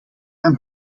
aan